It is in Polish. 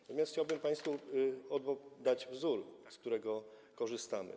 Natomiast chciałbym państwu przedstawić wzór, z którego korzystamy.